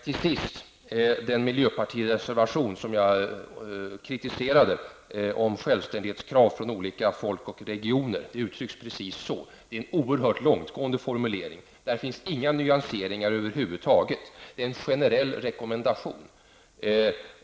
Till sist den miljöpartireservation som jag kritiserade, om självständighetskrav från olika folk och regioner -- det uttrycks precis så. Det är en oerhört långtgående formulering. Där finns inga nyanser över huvud taget. Det är en generell rekommendation.